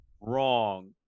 wrong